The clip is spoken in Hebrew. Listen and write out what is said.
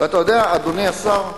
אתה יודע, אדוני השר,